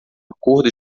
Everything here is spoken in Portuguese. acordo